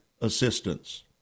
assistance